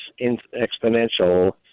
exponential